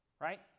right